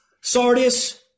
Sardis